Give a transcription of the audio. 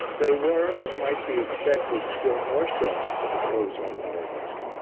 they were, as might be expected, still more so with the prose authorities.